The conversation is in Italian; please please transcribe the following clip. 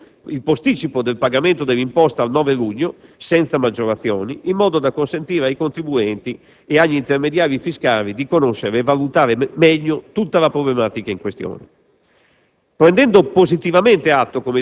Infine, si è definito il posticipo del pagamento delle imposte al 9 luglio senza maggiorazioni, in modo da consentire ai contribuenti e agli intermediari fiscali di conoscere e valutare meglio tutta la problematica in questione.